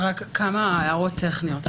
רק כמה הערות טכניות.